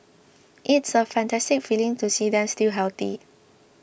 it's a fantastic feeling to see them still healthy